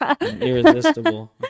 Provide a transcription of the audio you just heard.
Irresistible